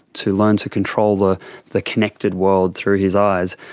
to learn to control the the connected world through his eyes.